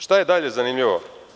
Šta je dalje zanimljivo?